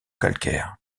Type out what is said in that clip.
calcaires